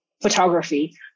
photography